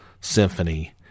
Symphony